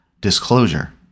disclosure